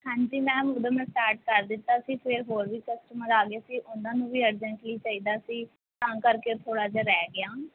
ਹਾਂਜੀ ਮੈਮ ਉਦੋਂ ਮੈਂ ਸਟਾਰਟ ਕਰ ਦਿੱਤਾ ਸੀ ਫਿਰ ਹੋਰ ਵੀ ਕਸਟਮਰ ਆ ਗਿਆ ਸੀ ਉਹਨਾਂ ਨੂੰ ਵੀ ਅਰਜਨਟਲੀ ਚਾਹੀਦਾ ਸੀ ਤਾਂ ਕਰਕੇ ਥੋੜ੍ਹਾ ਜਿਹਾ ਰਹਿ ਗਿਆ